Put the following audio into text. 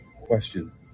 Question